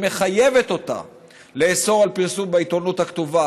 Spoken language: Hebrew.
שמחייבת אותה לאסור פרסום בעיתונות הכתובה,